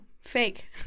fake